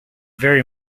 very